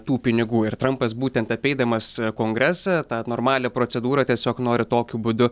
tų pinigų ir trampas būtent apeidamas kongresą tą normalią procedūrą tiesiog nori tokiu būdu